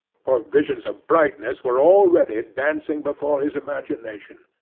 for visions of brightness were already dancing before his imagination.